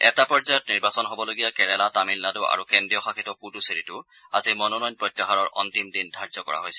এটা পৰ্যায়ত নিৰ্বাচন হ'বলগীয়া কেৰেলা তামিলনাডু আৰু কেন্দ্ৰীয় শাসিত পুডুচেৰিতো আজি মনোনয়ন প্ৰত্যাহাৰৰ অন্তিম দিন ধাৰ্য কৰা হৈছে